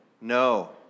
No